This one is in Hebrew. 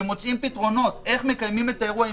שמוצאים פתרונות איך לקיים את האירוע אם